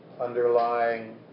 underlying